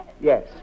Yes